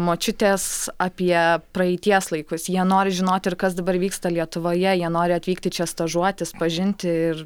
močiutės apie praeities laikus jie nori žinoti ir kas dabar vyksta lietuvoje jie nori atvykti čia stažuotis pažinti ir